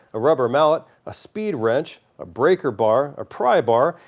a rubber mallet, a speed wrench, a breaker bar a pry bar,